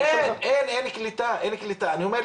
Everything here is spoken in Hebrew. אין קליטה, אין.